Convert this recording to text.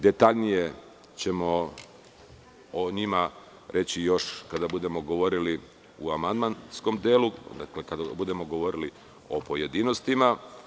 Detaljnije ćemo o njima reći kada budemo govorili u amandmanskom delu, kada budemo govorili u pojedinostima.